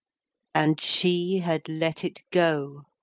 and she had let it go!